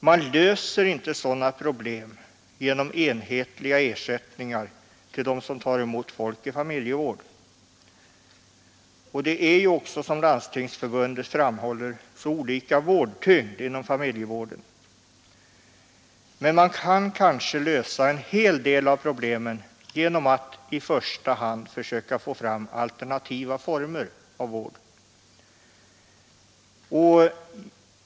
Man löser inte sådana problem genom enhetliga ersättningar till dem som tar emot folk i familjevård. Det är ju också, som Landstingsförbundet framhåller, så olika vårdtyngd inom familjevården. Men man kan kanske lösa en hel del av problemen genom att i första hand försöka få fram alternativa former av vård.